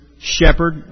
shepherd